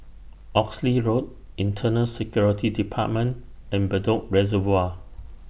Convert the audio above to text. Oxley Road Internal Security department and Bedok Reservoir